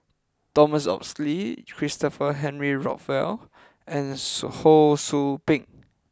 Thomas Oxley Christopher Henry Rothwell and Ho Sou Ping